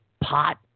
pot